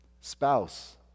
spouse